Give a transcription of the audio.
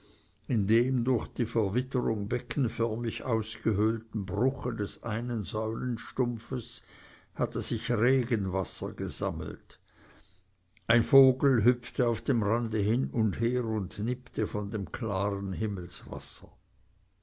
in dem durch die verwitterung beckenförmig ausgehöhlten bruche des einen säulenstumpfes hatte sich regenwasser gesammelt ein vogel hüpfte auf dem rande hin und her und nippte von dem klaren